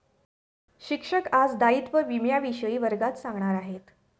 शिक्षक आज दायित्व विम्याविषयी वर्गात सांगणार आहेत